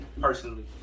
personally